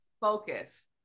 Focus